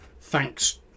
thanks